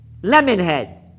Lemonhead